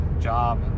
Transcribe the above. job